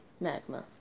magma